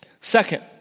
Second